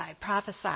prophesy